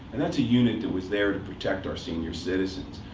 and that's a unit that was there to protect our senior citizens.